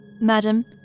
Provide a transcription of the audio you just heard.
Madam